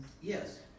Yes